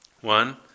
One